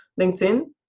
LinkedIn